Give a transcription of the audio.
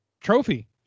trophy